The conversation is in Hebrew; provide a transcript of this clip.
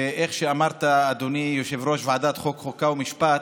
איך אמרת, אדוני יושב-ראש ועדת החוקה, חוק ומשפט,